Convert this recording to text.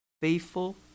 Faithful